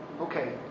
Okay